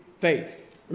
faith